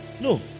No